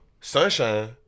sunshine